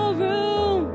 room